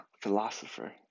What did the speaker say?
philosopher